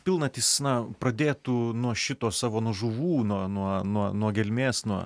pilnatys na pradėtų nuo šito savo nuo žuvų nuo nuo nuo nuo gelmės nuo